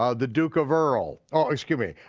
um the duke of earl, oh excuse me,